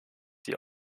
die